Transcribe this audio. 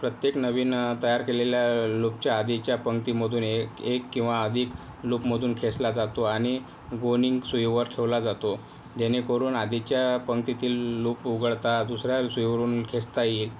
प्रत्येक नवीन तयार केलेल्या लूपच्या आधीच्या पंक्तीमधून एक किंवा अधिक लूप मधून खेचला जातो आणि गोणींसुईवर ठेवला जातो जेणेकरून आधीच्या पंक्तीतील लूप उघडता दुसऱ्या सुईवरून खेचता येईल